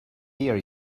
hear